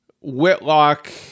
Whitlock